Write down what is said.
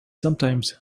sometimes